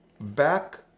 back